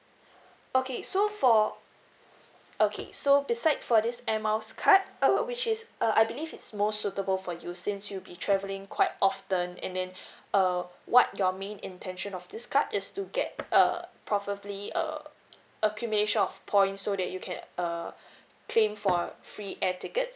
okay so for okay so beside for this air miles card uh which is uh I believe it's more suitable for you since you'll be travelling quite often and then uh what your main intention of this card is to get uh probably uh accumulation of points so that you can uh claim for free air tickets